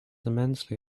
immensely